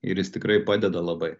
ir jis tikrai padeda labai